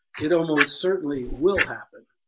it almost certainly will happen.